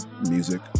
music